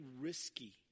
risky